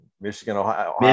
Michigan-Ohio